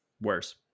Worse